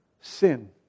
Sin